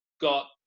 got